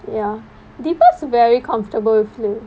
ya deepa's very comfortable with flu